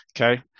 Okay